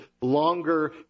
longer